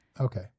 Okay